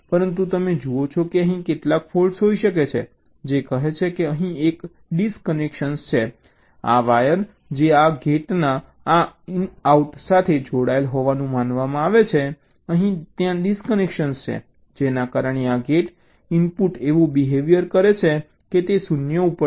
પરંતુ તમે જુઓ છો કે અહીં કેટલાક ફૉલ્ટ્સ હોઈ શકે છે જે કહે છે કે અહીં એક ડિસ્કનેક્શન છે આ વાયર જે આ અને ગેટના આ ઇનઆઉટ સાથે જોડાયેલ હોવાનું માનવામાં આવે છે અહીં ડિસ્કનેક્શન છે જેના કારણે આ ગેટ ઇનપુટ એવું બિહેવીઅર કરે છે કે તે 0 ઉપર છે